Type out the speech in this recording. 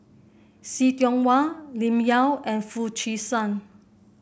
See Tiong Wah Lim Yau and Foo Chee San